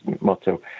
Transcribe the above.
motto